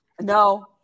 No